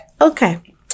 okay